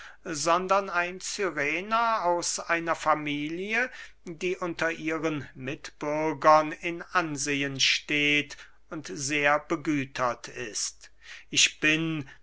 sondern ein cyrener aus einer familie die unter ihren mitbürgern in ansehen steht und sehr begütert ist ich bin